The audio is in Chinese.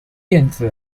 电子